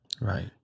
Right